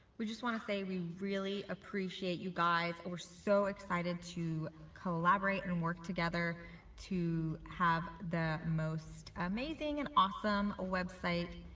we just want to say we really appreciate you guys we're so excited to collaborate and work together to have the most amazing and awesome a website